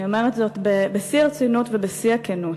אני אומרת זאת בשיא הרצינות ובשיא הכנות.